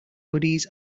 goodies